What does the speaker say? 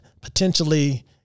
potentially